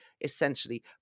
essentially